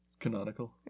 canonical